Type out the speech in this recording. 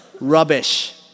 Rubbish